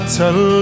tell